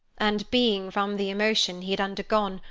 and being, from the emotion he had undergone,